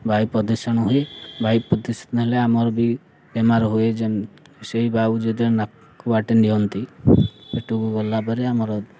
ବାୟୁ ପ୍ରଦୂଷଣ ହୁଏ ବାୟୁ ପ୍ରଦୂଷଣ ହେଲେ ଆମର ବି ବେମାର ହୁଏ ଯେ ସେଇ ବାୟୁ ଯଦି ନାକୁ ବାଟେ ନିଅନ୍ତି ପେଟକୁ ଗଲା ପରେ ଆମର